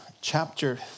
chapter